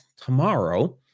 tomorrow